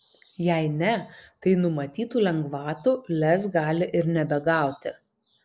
jei ne tai numatytų lengvatų lez gali ir nebegauti